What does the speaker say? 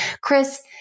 Chris